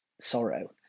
sorrow